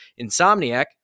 Insomniac